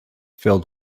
filled